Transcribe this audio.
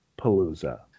Palooza